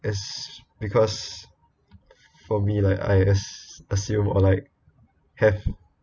as because for me like I as~ assume or like have